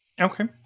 Okay